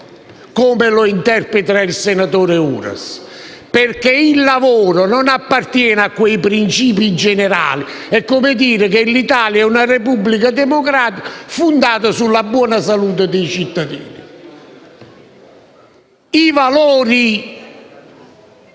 come lo interpreta il senatore Uras, perché il lavoro non appartiene ai principi generali: è come dire che l'Italia è una Repubblica democratica fondata sulla buona salute dei cittadini. I valori